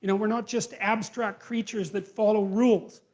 you know we're not just abstract creatures that follow rules.